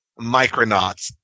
Micronauts